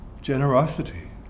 generosity